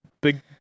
big